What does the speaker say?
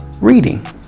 reading